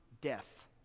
death